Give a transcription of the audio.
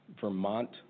Vermont